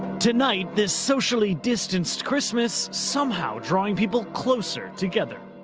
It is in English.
tonight this socially distanced christmas somehow draw ing people closer together.